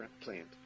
plant